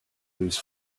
loose